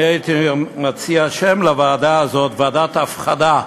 אני הייתי מציע שם לוועדה הזאת: ועדת ההפחדה.